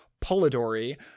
Polidori